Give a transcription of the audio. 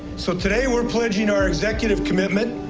so today we're pledging our executive commitment,